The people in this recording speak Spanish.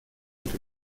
que